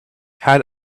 had